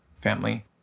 family